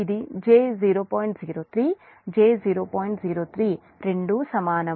03 రెండూ సమానం